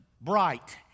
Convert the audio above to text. bright